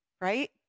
Right